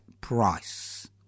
price